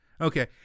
Okay